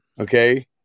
Okay